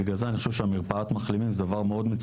בגלל זה אני חושב שמרפאת המחלימים זה דבר מצוין,